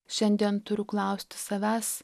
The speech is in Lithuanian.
šiandien turiu klausti savęs